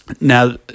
now